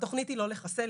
התכנית היא לא לחסל,